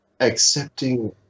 accepting